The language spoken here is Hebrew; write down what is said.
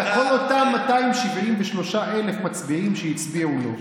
כל אותם 273,000 מצביעים שהצביעו לו.